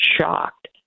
shocked